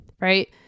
right